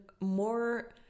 more